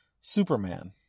Superman